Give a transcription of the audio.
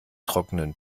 trockenen